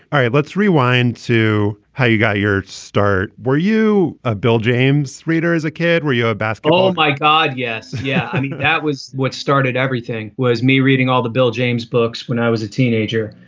all right. let's rewind to how you got your start. were you a bill james reader as a kid? were you a basketball? by god? yes. yeah. i mean, that was what started everything was me reading all the bill james books when i was a teenager.